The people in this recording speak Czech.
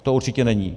To určitě není.